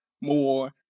more